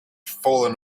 fallen